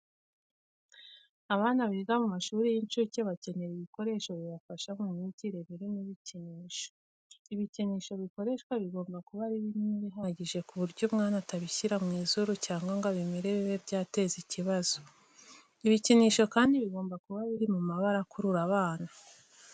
Abana biga mu mashuri y'inshuke bakenera ibikoresho bibafasha mu myigire birimo ibikinisho. Ibikinisho bikoreshwa bigomba kuba ari binini bihagije ku buryo umwana atabishyira mu izuru cyangwa ngo abimire bibe byateza ikibazo. Ibikinisho kandi bigomba kuba biri mu mabara akurura abana.